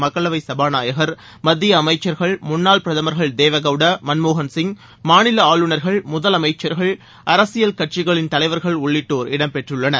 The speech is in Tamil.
மக்களவை சபா நாயகர் மத்திய அமைச்சர்கள் முன்னாள் பிரதமர்கள் தேவேகவுடா மன்மோகன்சிங் மாநில ஆளுநர்கள் முதலமைச்சர்கள் அரசியல் கட்சிகளின் தலைவர்கள் உள்ளிட்டோர் இடம்பெற்றுள்ளனர்